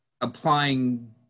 applying